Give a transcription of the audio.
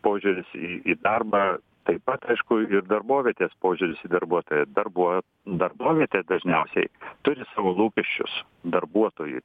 požiūris į į darbą taip pat aišku ir darbovietės požiūris į darbuotoją darbo darbovietė dažniausiai turi savo lūkesčius darbuotojui